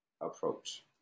approach